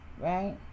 Right